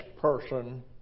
person